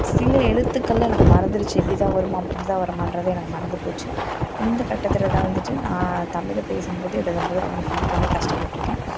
சில எழுத்துக்கள்லா எனக்கு மறந்துடுச்சு இப்படி தான் வருமோ அப்படி தான் வருமான்றது எனக்கு மறந்து போச்சு இந்த கட்டத்தில் தான் வந்துவிட்டு நான் தமிழில் பேசும் போது எழுதும் போது ரொம்ப ஃபீல் பண்ணி கஷ்டப்பட்ருக்கேன்